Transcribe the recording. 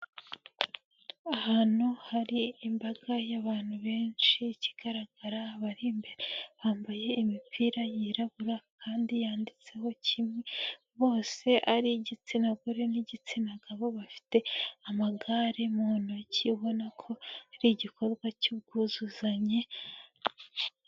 Ahantu hari imbaga y'abantu benshi ikigaragara abari imbere bambaye imipira yirabura kandi yanditseho kimwe bose ari igitsina gore n'igitsina gabo, bafite amagare mu ntoki ubona ko ari igikorwa cy'ubwuzuzanye.